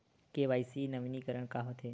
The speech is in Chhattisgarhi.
के.वाई.सी नवीनीकरण का होथे?